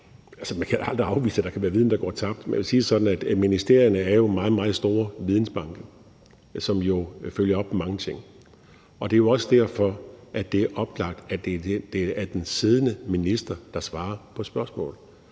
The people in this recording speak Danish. Man kan da aldrig afvise, at der kan være viden, der går tabt, men jeg vil sige det sådan, at ministerierne jo er meget, meget store vidensbanker, som følger op på mange ting, og det er også derfor, at det er oplagt, at det er den siddende minister, der svarer på spørgsmål,